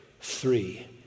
Three